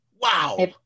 Wow